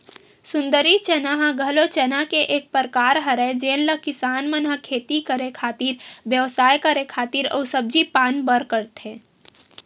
सुंदरी चना ह घलो चना के एक परकार हरय जेन ल किसान मन ह खेती करे खातिर, बेवसाय करे खातिर अउ सब्जी पान बर करथे